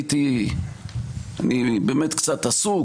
אני באמת קצת עסוק,